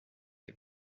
les